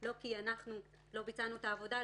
לא מכיוון שאנחנו לא ביצענו את העבודה,